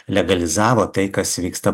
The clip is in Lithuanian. legalizavo tai kas vyksta